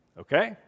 Okay